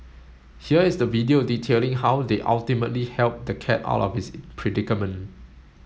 here is the video detailing how they ultimately helped the cat out of its predicament